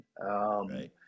Right